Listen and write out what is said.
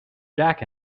jack